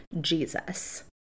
Jesus